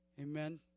Amen